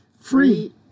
free